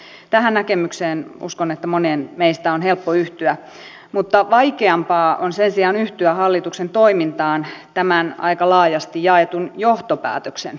uskon että tähän näkemykseen monien meistä on helppo yhtyä mutta vaikeampaa on sen sijaan yhtyä hallituksen toimintaan tämän aika laajasti jaetun johtopäätöksen jälkeen